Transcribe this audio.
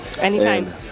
Anytime